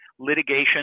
litigation